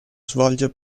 svolge